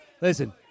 Listen